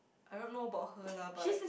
I don't know about her lah but